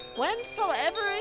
whensoever